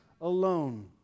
alone